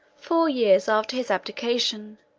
four years after his abdication,